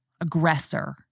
aggressor